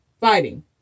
fighting